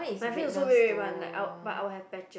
my face also red red one like I will but I will have patches